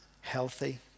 healthy